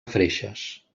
freixes